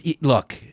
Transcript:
look